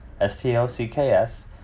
S-T-O-C-K-S